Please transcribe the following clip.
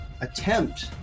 attempt